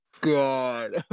god